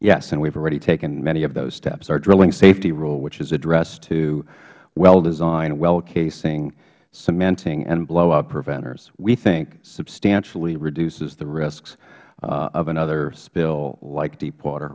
yes and we have already taken many of those steps our drilling safety rule which is addressed to well design well casing cementing and blowup preventers we think substantially reduces the risks of another spill like deepwater